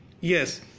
Yes